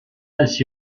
als